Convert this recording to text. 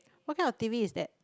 what kind of T_V is that